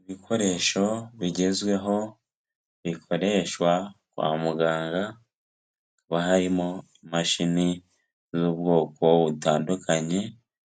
Ibikoresho bigezweho, bikoreshwa kwa muganga, hakaba harimo imashini z'ubwoko butandukanye